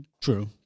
True